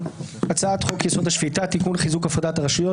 החוקה: הצעת חוק-יסוד: השפיטה (תיקון חיזוק הפרדת הרשויות)